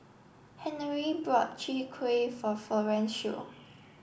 Henery bought Chwee Kueh for Florencio